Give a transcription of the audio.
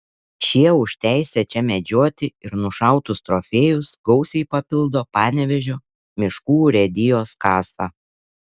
šie už teisę čia medžioti ir nušautus trofėjus gausiai papildo panevėžio miškų urėdijos kasą